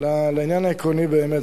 לעניין העקרוני באמת.